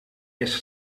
eerste